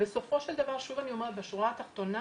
בסופו של דבר, שוב אני אומרת, בשורה התחתונה